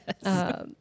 Yes